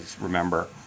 remember